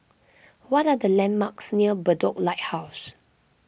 what are the landmarks near Bedok Lighthouse